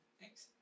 thanks